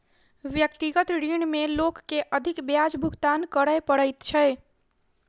व्यक्तिगत ऋण में लोक के अधिक ब्याज भुगतान करय पड़ैत छै